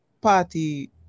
party